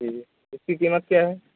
جی اس کی قیمت کیا ہے